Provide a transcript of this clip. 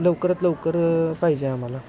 लवकरात लवकर पाहिजे आम्हाला